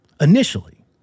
initially